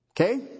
Okay